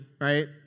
right